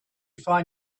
find